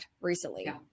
recently